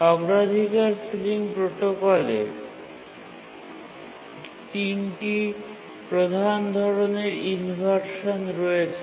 অগ্রাধিকার সিলিং প্রোটোকলে ৩টি প্রধান ধরণের ইনভারসান রয়েছে